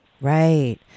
Right